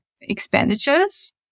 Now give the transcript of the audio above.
expenditures